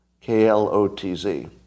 K-L-O-T-Z